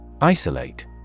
Isolate